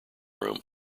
room